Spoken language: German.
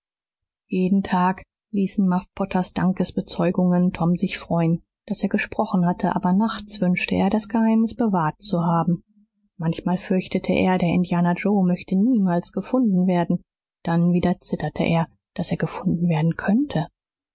jeden tag ließen muff potters dankesbezeugungen tom sich freuen daß er gesprochen hatte aber nachts wünschte er das geheimnis bewahrt zu haben manchmal fürchtete er der indianer joe möchte niemals gefunden werden dann wieder zitterte er daß er gefunden werden könnte